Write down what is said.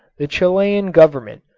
the chilean government,